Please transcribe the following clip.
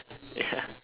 yeah